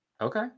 Okay